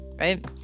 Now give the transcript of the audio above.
right